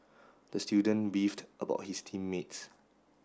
the student beefed about his team mates